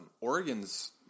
Oregon's